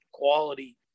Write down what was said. Quality